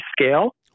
scale